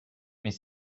mais